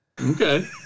Okay